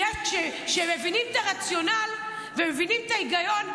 כי כשמבינים את הרציונל ומבינים את ההיגיון,